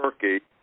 turkey